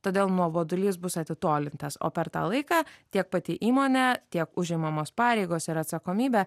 todėl nuobodulys bus atitolintas o per tą laiką tiek pati įmonė tiek užimamos pareigos ir atsakomybė